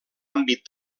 àmbit